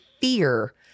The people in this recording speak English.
fear